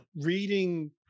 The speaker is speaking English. reading